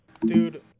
Dude